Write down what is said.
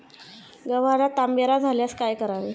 गव्हाला तांबेरा झाल्यास काय करावे?